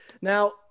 Now